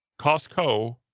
Costco